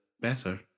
better